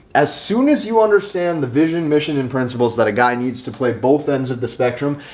as soon as you understand the vision mission and principles that a guy needs to play both ends of the spectrum.